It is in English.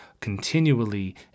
continually